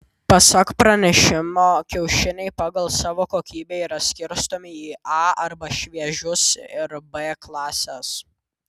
pasak pranešimo kiaušiniai pagal savo kokybę yra skirstomi į a arba šviežius ir b klases